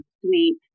sweet